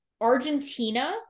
Argentina